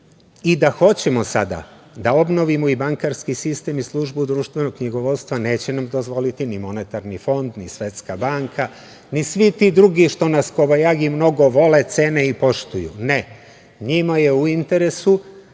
da hoćemo sada da obnovimo i bankarski sistem i službu društvenog knjigovodstva neće nam dozvoliti ni MMF ni Svetska banka ni svi ti drugi što nas kobajagi mnogo vole, cene i poštuju. Ne. Njima je u interesu